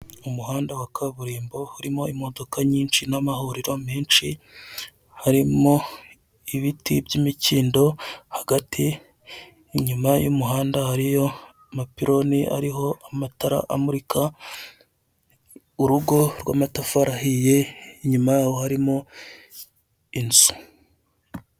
Umuhanda wa kaburimbo urimo imodoka nyinshi n'amahuriro menshi, harimo ibiti by'imikindo hagati, inyuma y'umuhanda hariyo amapironi ariho amatara amurika, urugo rw'amatafari ahiye, inyuma yaho harimo inzu.